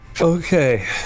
Okay